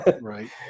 Right